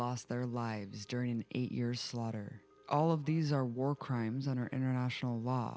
lost their lives during in eight years slaughter all of these are war crimes under international law